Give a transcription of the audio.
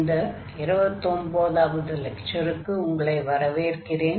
இந்த 29 வது லெக்சருக்கு உங்களை வரவேற்கிறேன்